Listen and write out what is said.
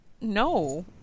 no